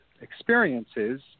experiences